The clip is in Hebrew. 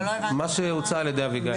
אבל לא הבנתי מה --- מה שהוצע על ידי אביגיל.